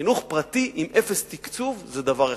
חינוך פרטי עם אפס תקצוב זה דבר אחד,